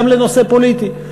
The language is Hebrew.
גם לנושא פוליטי.